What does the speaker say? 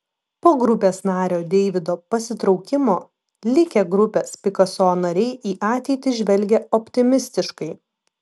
po grupės nario deivido pasitraukimo likę grupės pikaso nariai į ateitį žvelgia optimistiškai